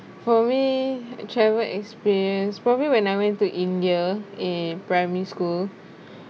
for me travel experience probably when I went to india in primary school